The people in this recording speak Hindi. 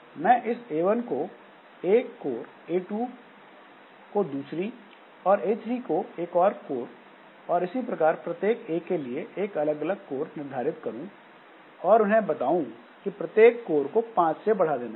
मैं इस a1 को एक कोर a2 को दूसरी और a३ को एक और कोर और इसी प्रकार प्रत्येक a के लिए एक अलग अलग कोर निर्धारित करूं और उन्हें बताऊँ कि प्रत्येक कोर को पांच से बढ़ा देना है